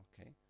Okay